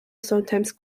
sometimes